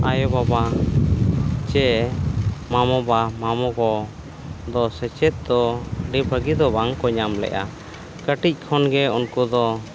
ᱟᱭᱳ ᱵᱟᱵᱟ ᱪᱮ ᱢᱟᱢᱟᱵᱟ ᱢᱟᱢᱟᱜᱚ ᱫᱚ ᱥᱮᱪᱮᱫ ᱫᱚ ᱟᱹᱰᱤ ᱵᱷᱟᱹᱜᱤ ᱫᱚ ᱵᱟᱝ ᱠᱚ ᱧᱟᱢ ᱞᱮᱜᱼᱟ ᱠᱟᱹᱴᱤᱡ ᱠᱷᱚᱱ ᱜᱮ ᱩᱱᱠᱩ ᱫᱚ